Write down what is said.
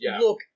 look